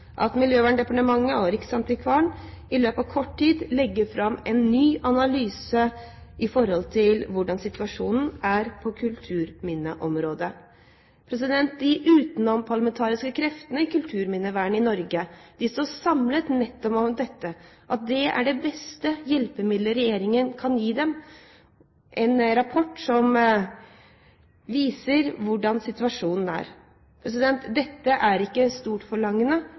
Miljøverndepartementet og riksantikvaren må i løpet av kort tid legge fram en ny analyse av hvordan situasjonen er på kulturminneområdet. De utenomparlamentariske kreftene i kulturminnevernet i Norge står samlet om å mene at det beste hjelpemiddelet regjeringen kan gi dem, er en rapport som viser hvordan situasjonen er. Dette er ikke storforlangende